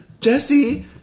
Jesse